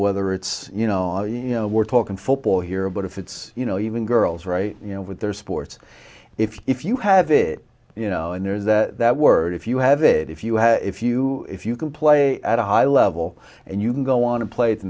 whether it's you know you know we're talking football here but if it's you know even girls right you know with their sports if you have it you know and there's that word if you have it if you have if you if you can play at a high level and you can go on to play the